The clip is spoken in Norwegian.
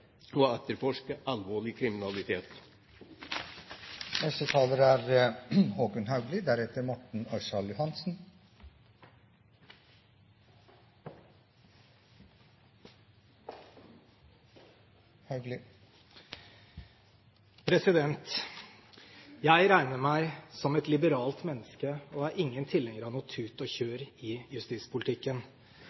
og etterforske alvorlig kriminalitet. Jeg regner meg som et liberalt menneske og er ingen tilhenger av noe tut-og-kjør i justispolitikken.